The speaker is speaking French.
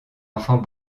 enfant